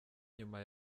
nyuma